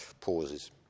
pauses